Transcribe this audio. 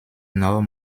nord